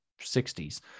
60s